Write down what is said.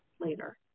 later